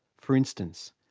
for instance,